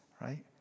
right